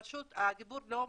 רשות דיבור לא מבקשים,